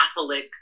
Catholic